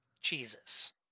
Jesus